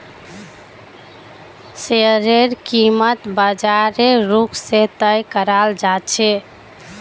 शेयरेर कीमत बाजारेर रुख से तय कराल जा छे